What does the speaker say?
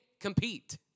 compete